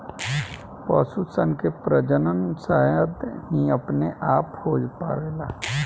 पशु सन के प्रजनन शायद ही अपने आप हो पावेला